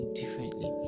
differently